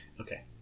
Okay